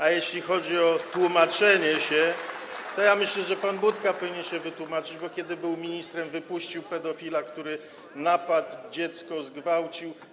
A jeśli chodzi o tłumaczenie się, to myślę, że pan Budka powinien się wytłumaczyć, bo kiedy był ministrem, wypuścił pedofila, który napadł na dziecko, zgwałcił.